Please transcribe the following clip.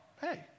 hey